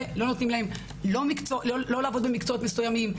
ולא נותנים להם לא לעבוד במקצועות מסוימים.